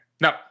No